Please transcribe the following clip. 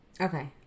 okay